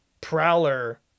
Prowler